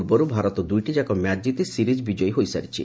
ପୂର୍ବରୁ ଭାରତ ଦୁଇଟିଯାକ ମ୍ୟାଚ୍ କିତି ସିରିଜ୍ ବିଜୟୀ ହୋଇସାରିଛି